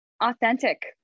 authentic